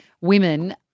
women